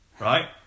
Right